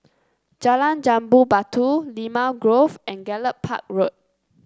Jalan Jambu Batu Limau Grove and Gallop Park Road